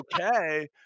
okay